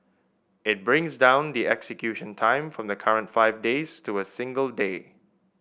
it brings down the execution time from the current five days to a single day